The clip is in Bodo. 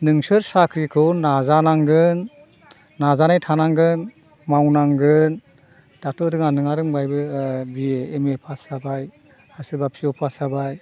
नोंसोर साख्रिखौ नाजानांगोन नाजानाय थानांगोन मावनांगोन दाथ' रोङा नङा रोंबायबो B A M A pass जाबाय आरो सोरबा पि अ पास जाबाय